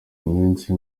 iminsi